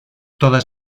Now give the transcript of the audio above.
todas